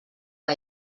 que